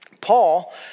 Paul